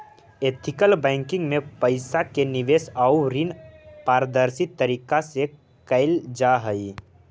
ethical banking में पइसा के निवेश आउ ऋण पारदर्शी तरीका से कैल जा हइ